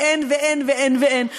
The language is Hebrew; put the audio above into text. ואין ואין ואין ואין.